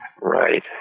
Right